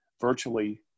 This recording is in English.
virtually